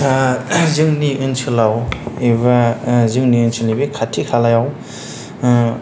जोंनि ओनसोलाव एबा जोंनि ओनसोलनि बे खाथि खालायाव